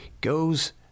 goes